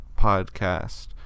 podcast